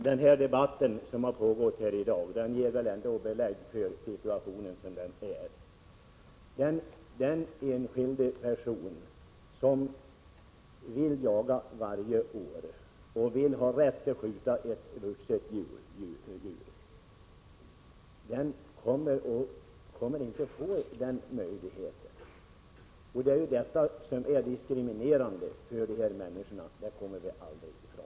Herr talman! Den debatt som förts här i dag ger väl ändå belägg för hurudan situationen är. Den enskilda person som vill jaga varje år och vill ha rätt att skjuta ett vuxet djur kommer inte att få denna möjlighet om moderaternas och folkpartiets reservation bifalles. Det är detta som är diskriminerande för dessa människor — det kommer vi aldrig ifrån.